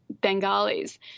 Bengalis